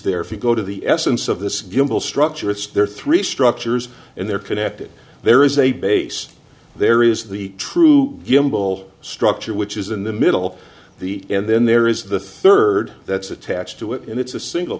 there if you go to the essence of this gimbal structure it's there are three structures and they're connected there is a base there is the true gimbal structure which is in the middle the and then there is the third that's attached to it and it's a single